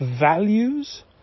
values